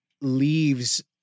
leaves